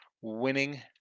winning